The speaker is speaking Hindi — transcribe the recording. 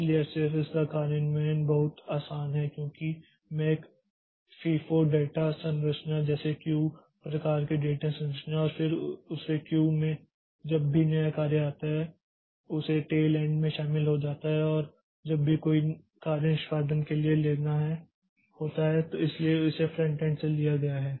इसलिए FCFS का कार्यान्वयन बहुत आसान है क्योंकि मैं एक FIFO डेटा संरचना जैसे क्यू प्रकार की डेटा संरचना और फिर उस क्यू में जब भी कोई नया कार्य आता है तो वह उस टेल एंड में शामिल हो जाता है और जब भी कोई कार्य निष्पादन के लिए लेना होता है इसलिए इसे फ्रंट एंड से लिया गया है